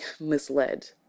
misled